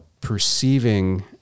perceiving